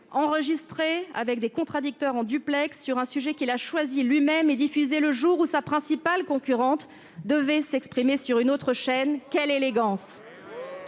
en duplex, avec des contradicteurs, sur un sujet qu'il a choisi lui-même, et diffusée le jour où sa principale concurrente devait s'exprimer sur une autre chaîne. Quelle élégance !